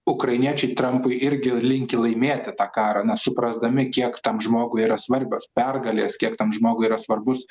ukrainiečiai trampui irgi linki laimėti tą karą na suprasdami kiek tam žmogui yra svarbios pergalės kiek tam žmogui yra svarbus